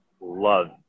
love